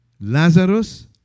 Lazarus